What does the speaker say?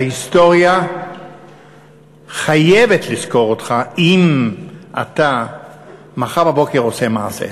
ההיסטוריה חייבת לזכור אותך אם אתה מחר בבוקר עושה מעשה.